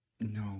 No